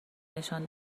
نشان